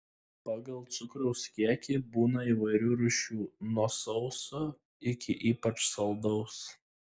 pagal cukraus kiekį būna įvairių rūšių nuo sauso iki ypač saldaus